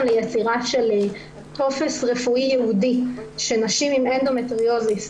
ליצירה של טופס רפואי ייעודי שנשים עם אנדומטריוזיס,